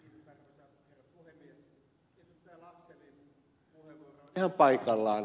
laxellin puheenvuoro on ihan paikallaan